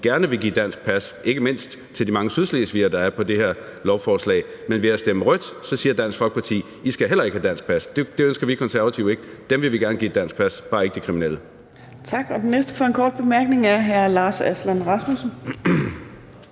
gerne vil give dansk pas til ikke mindst de mange sydslesvigere, der er på det her lovforslag. Men ved at stemme rødt siger Dansk Folkeparti, at de heller ikke skal have dansk pas. Det ønsker vi Konservative ikke, for dem vil vi gerne give et dansk pas – bare ikke de kriminelle. Kl. 10:24 Fjerde næstformand (Trine Torp): Tak. Den næste for en kort bemærkning er hr. Lars Aslan Rasmussen.